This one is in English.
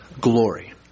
glory